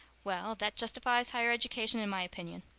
well, that justifies higher education in my opinion.